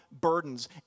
burdens